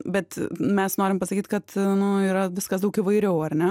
bet mes norim pasakyt kad nu yra viskas daug įvairiau ar ne